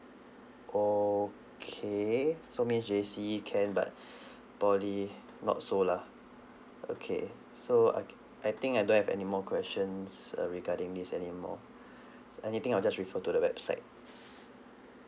okay so means J_C can but polytechnic not so lah okay so okay I think I don't have any more questions uh regarding this anymore so anything I will just refer to the websites